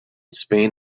spain